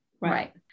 Right